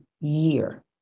year